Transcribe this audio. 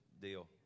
deal